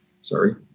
Sorry